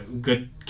good